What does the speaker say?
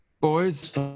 Boys